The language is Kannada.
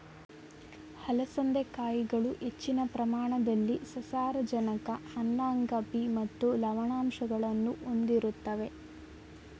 ಅಲಸಂದೆ ಕಾಯಿಗಳು ಹೆಚ್ಚಿನ ಪ್ರಮಾಣದಲ್ಲಿ ಸಸಾರಜನಕ ಅನ್ನಾಂಗ ಬಿ ಮತ್ತು ಲವಣಾಂಶಗಳನ್ನು ಹೊಂದಿರುತ್ವೆ